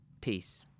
Peace